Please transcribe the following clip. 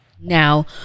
Now